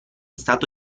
stato